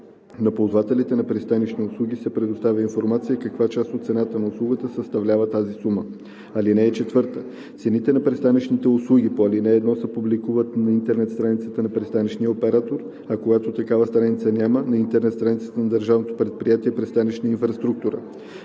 На ползвателите на пристанищни услуги се предоставя информация каква част от цената на услугата съставлява тази сума. (4) Цените на пристанищните услуги по ал. 1 се публикуват на интернет страницата на пристанищния оператор, а когато такава страница няма – на интернет страницата на Държавно предприятие „Пристанищна инфраструктура“,